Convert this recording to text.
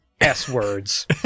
S-words